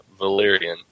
Valyrian